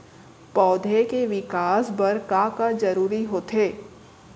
पौधे के विकास बर का का जरूरी होथे?